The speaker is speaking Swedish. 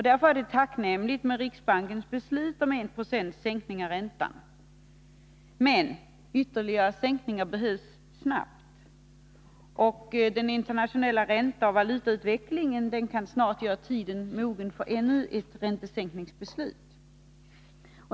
Därför är riksbankens beslut om 1 procents sänkning av räntan tacknämligt, men en ytterligare sänkning behövs snarast. Den internationella valutaoch ränteutvecklingen kan snart göra tiden mogen för ett ännu räntesänkningsbeslut.